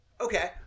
okay